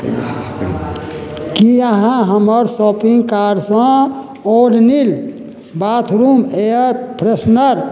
की अहाँ हमर शॉपिंग कार्डसँ ओडोनिल बाथरूम एयर फ्रेशनर